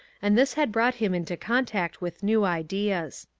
and this had brought him into contact with new ideas.